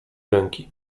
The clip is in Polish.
ręki